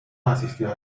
asistió